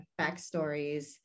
backstories